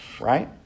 right